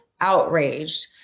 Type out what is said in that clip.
outraged